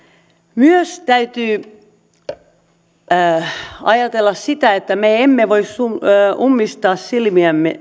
myös täytyy ajatella sitä että me emme voi ummistaa silmiämme